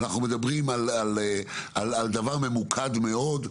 אנחנו מדברים על דבר ממוקד מאוד,